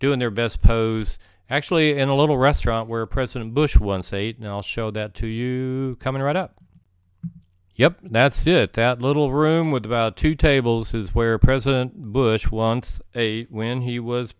doing their best pose actually in a little restaurant where president bush once ate all show that to you coming right up yep that's it that little room with about two tables is where president bush wants a when he was